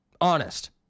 Honest